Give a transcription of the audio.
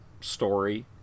story